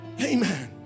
amen